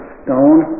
stone